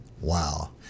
Wow